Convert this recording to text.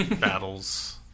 battles